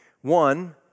One